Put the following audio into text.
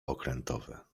okrętowe